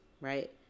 Right